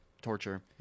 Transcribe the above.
torture